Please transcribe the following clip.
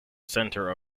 center